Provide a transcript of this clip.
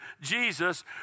Jesus